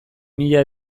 mila